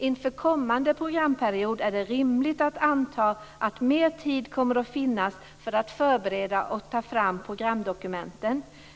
Inför kommande programperiod är det rimligt att anta att mer tid kommer att finnas för att förbereda och ta fram programdokumenten.